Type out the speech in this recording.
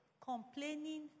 complaining